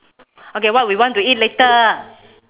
okay what we want to eat later